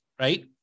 right